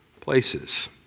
places